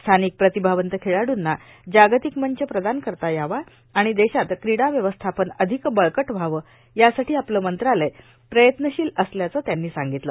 स्थानिक प्रतिभावंत खेळाडूंना जागतिक मंच प्रदान करता यावा आणि देशात क्रीडा व्यवस्थापन अधिक बळकट व्हावं यासाठी आपलं मंत्रालय प्रयत्नशील असल्याचं त्यांनी सांगितलं